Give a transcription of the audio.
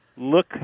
Look